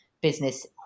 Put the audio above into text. business